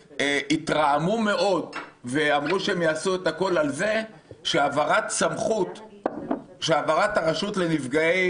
התרעמו מאוד ואמרו שהם יעשו את הכל על זה שהעברת הרשות לנפגעי